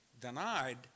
denied